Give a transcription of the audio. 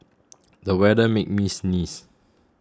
the weather made me sneeze